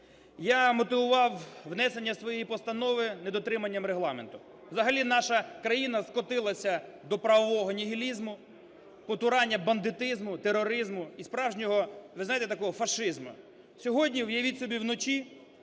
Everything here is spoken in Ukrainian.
Я мотивував внесення своєї постанови недотриманням Регламенту. Взагалі наша країна скотилася до правового нігілізму, потурання бандитизму, тероризму і справжнього, ви знаєте, такого фашизму. Сьогодні, уявіть собі, вночі